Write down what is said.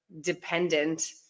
dependent